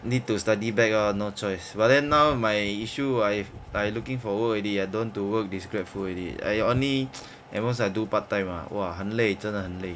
need to study back lor no choice but then now my issue I I looking for work already I don't want to work this GrabFood already I only at most I do part time ah !wah! 很累真的很累